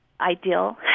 ideal